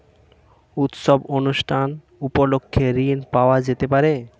উৎসব অনুষ্ঠান উপলক্ষে ঋণ পাওয়া যেতে পারে?